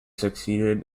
succeeded